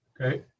Okay